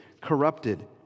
corrupted